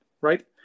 right